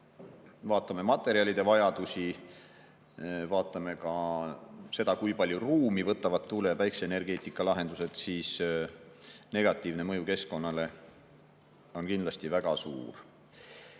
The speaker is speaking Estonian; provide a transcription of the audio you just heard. vaadata materjalide vajadusi, vaadata ka seda, kui palju ruumi võtavad tuule- ja päikeseenergeetika lahendused, siis [on näha, et] negatiivne mõju keskkonnale on kindlasti väga suur. On